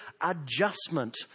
adjustment